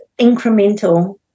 incremental